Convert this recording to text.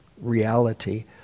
reality